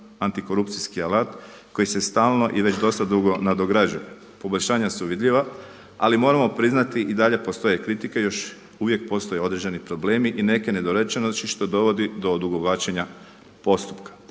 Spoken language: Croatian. antikorupcijski alat koji se stalno i već dosta dugo nadograđuje. Poboljšanja su vidljiva ali moramo priznati i dalje postoje kritike, još uvijek postoje određeni problemi i neke nedorečenosti što dovodi do odugovlačenja postupka.